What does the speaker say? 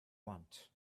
want